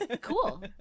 Cool